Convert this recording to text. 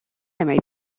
might